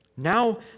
Now